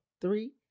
Three